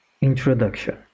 Introduction